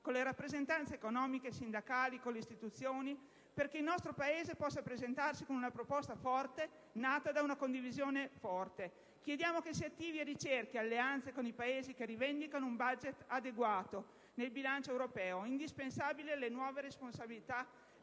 con le rappresentanze economiche, sindacali e con le istituzioni, perché il nostro Paese possa presentarsi con una proposta forte nata da una condivisione forte. Chiediamo che si attivi e ricerchi alleanze con i Paesi che rivendicano un *budget* adeguato nel bilancio europeo, indispensabile alle nuove responsabilità